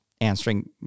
answering